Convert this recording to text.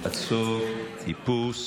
עצור, איפוס.